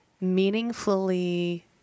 meaningfully